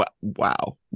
wow